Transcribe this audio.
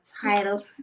title